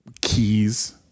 Keys